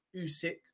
Usyk